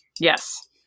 Yes